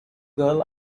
girl